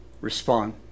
respond